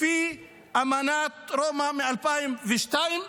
לפי אמנת רומא מ-2002,